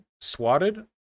swatted